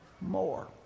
more